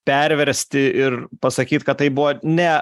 perversti ir pasakyt kad tai buvo ne